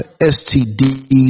STDs